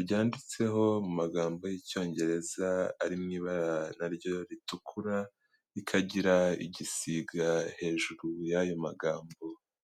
ryanditseho mu magambo y'icyongereza ari mu ibara na ryo ritukura, rikagira igisiga hejuru y'ayo magambo.